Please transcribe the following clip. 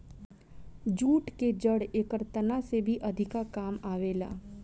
jute के जड़ एकर तना से भी अधिका काम आवेला